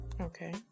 Okay